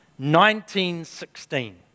1916